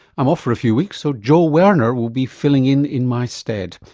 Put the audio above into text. i'm off for a few weeks, so joel werner will be filling in in my stead,